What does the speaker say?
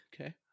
Okay